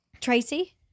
Tracy